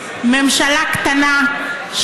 ממשלה קטנה,